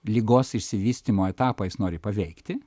ligos išsivystymo etapą jis nori paveikti